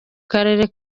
karere